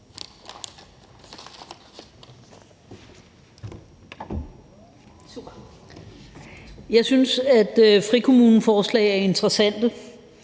Jeg synes, at frikommuneforslag er interessante,